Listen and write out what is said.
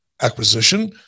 acquisition